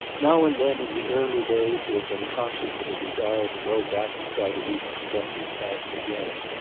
now and then, in the early days, he had been conscious of a desire to go back and try to reconstruct his past again.